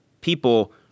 people